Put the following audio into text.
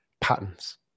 patterns